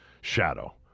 shadow